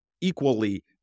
equally